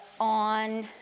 on